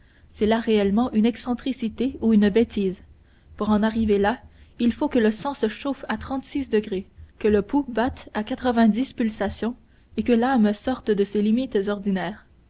c'est là réellement une excentricité ou une bêtise pour en arriver là il faut que le sang se chauffe à trente-six degrés que le pouls batte à quatre-vingt-dix pulsations et que l'âme sorte de ses limites ordinaires